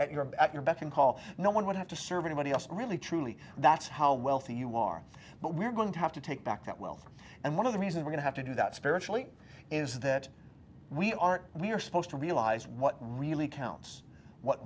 at your back at your beck and call no one would have to serve anybody else really truly that's how wealthy you are but we're going to have to take back that wealth and one of the reason we're going to have to do that spiritually is that we aren't we're supposed to realize what really counts what